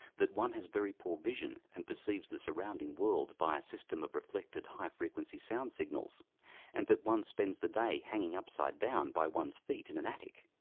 that one has very poor vision and perceives the surrounding world by a system of reflected high frequency sound signals and that one spends the day, hanging upside down by one's feet, in an attic.